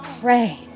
Pray